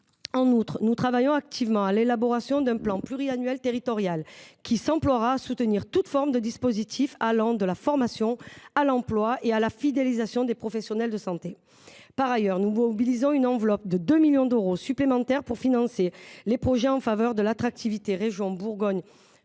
En outre, nous travaillons activement à l’élaboration d’un plan pluriannuel territorial qui s’emploiera à soutenir toute forme de dispositifs allant de la formation à l’emploi et à la fidélisation des professionnels de santé. Par ailleurs, nous mobilisons une enveloppe de 2 millions d’euros supplémentaires pour financer les projets en faveur de l’attractivité dans la région Bourgogne-Franche-Comté